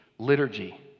liturgy